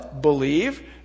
believe